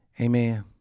Amen